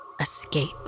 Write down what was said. Escape